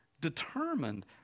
determined